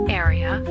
area